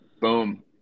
Boom